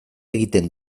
egiten